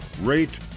rate